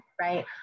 right